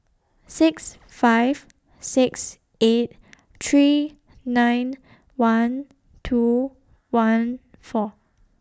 six five six eight three nine one two one four